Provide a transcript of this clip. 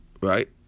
right